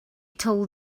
told